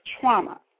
trauma